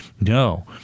no